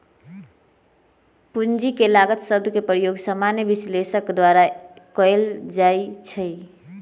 पूंजी के लागत शब्द के प्रयोग सामान्य विश्लेषक द्वारा कएल जाइ छइ